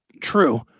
True